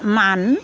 মান